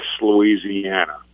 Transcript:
Louisiana